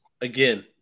Again